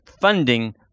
funding